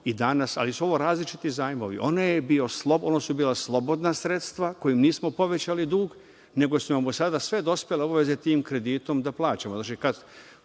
po 0,7%, ali su ovo različiti zajmovi. Ono su bila slobodna sredstva kojim nismo povećali dug, nego su nam do sada sve dospele obaveze, tim kreditom ćemo da plaćamo.